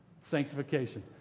sanctification